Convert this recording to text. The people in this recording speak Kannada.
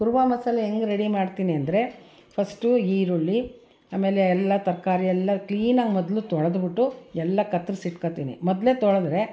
ಕುರ್ಮ ಮಸಾಲೆ ಹೆಂಗೆ ರೆಡಿ ಮಾಡ್ತೀನಿ ಅಂದರೆ ಫಸ್ಟು ಈರುಳ್ಳಿ ಆಮೇಲೆ ಎಲ್ಲ ತರಕಾರಿಯೆಲ್ಲ ಕ್ಲೀನಾಗಿ ಮೊದಲು ತೊಳೆದ್ಬಿಟ್ಟು ಎಲ್ಲ ಕತ್ತರಿಸಿ ಇಟ್ಕೊಳ್ತೀನಿ ಮೊದಲೇ ತೊಳೆದ್ರೆ